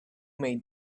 may